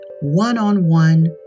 one-on-one